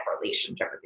relationship